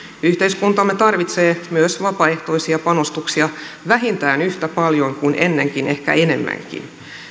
yhteiskuntamme tarvitsee myös vapaaehtoisia panostuksia vähintään yhtä paljon kuin ennenkin ehkä enemmänkin